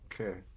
Okay